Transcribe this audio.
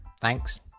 Thanks